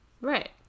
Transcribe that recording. Right